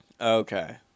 Okay